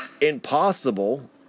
impossible